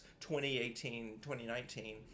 2018-2019